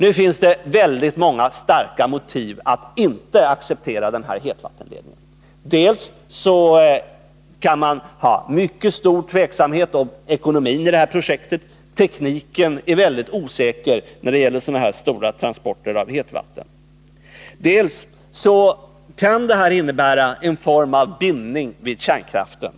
Nu finns det många starka motiv för att inte acceptera en sådan hetvattenledning. Dels kan man vara mycket tveksam till om projektet är ekonomiskt berättigat. Tekniken är ju väldigt osäker när det gäller så stora transporter av hetvatten. Dels kan detta innebära en form av bindning till kärnkraften.